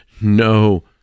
no